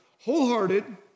wholehearted